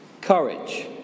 Courage